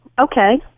okay